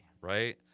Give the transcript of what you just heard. right